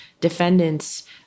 defendants